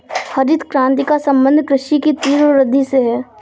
हरित क्रान्ति का सम्बन्ध कृषि की तीव्र वृद्धि से है